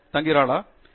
துங்கிராலா உண்மை